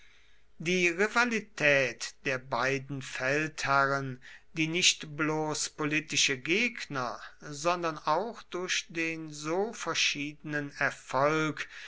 die rivalität der beiden feldherren die nicht bloß politische gegner sondern auch durch den so verschiedenen erfolg